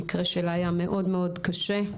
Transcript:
המקרה שלה היה מאוד מאוד קשה.